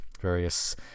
various